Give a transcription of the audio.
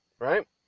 right